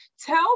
tell